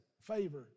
favor